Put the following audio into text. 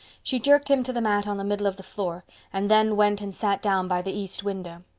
she jerked him to the mat on the middle of the floor and then went and sat down by the east window.